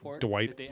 Dwight